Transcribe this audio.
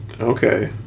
Okay